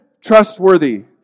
Trustworthy